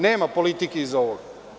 Nema politike iza ovoga.